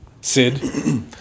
Sid